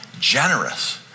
generous